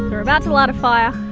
we're about to light a fire